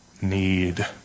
need